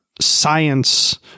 science